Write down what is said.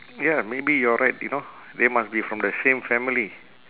ya maybe you're right you know they must be from the same family